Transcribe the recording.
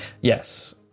Yes